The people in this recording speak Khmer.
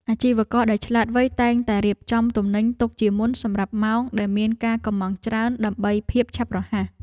អាជីវករដែលឆ្លាតវៃតែងតែរៀបចំទំនិញទុកជាមុនសម្រាប់ម៉ោងដែលមានការកុម្ម៉ង់ច្រើនដើម្បីភាពឆាប់រហ័ស។